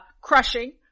crushing